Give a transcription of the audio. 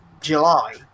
July